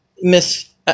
Miss